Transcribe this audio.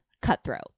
cutthroat